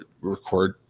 record